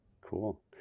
cool